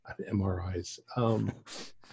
MRIs